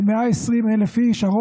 כ-120,000 איש,